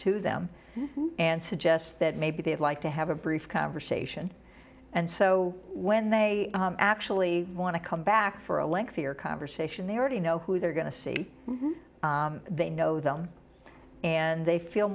to them and suggest that maybe they'd like to have a brief conversation and so when they actually want to come back for a lengthy or conversation they already know who they're going to see they know them and